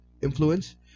influence